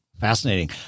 fascinating